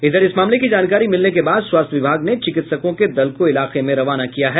इधर इस मामले की जानकारी मिलने के बाद स्वास्थ्य विभाग ने चिकित्सकों के दल को इलाके में रवाना किया है